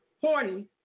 Horny